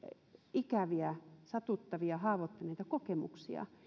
ikäviä satuttavia haavoittavia kokemuksia